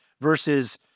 versus